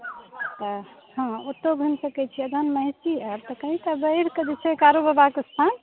तऽ हँ ओतहु घुमि सकैत छी अगर महिषी आयब तऽ कनिके बढ़ि कऽ जे छै कारूबाबाके स्थान